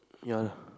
ya lah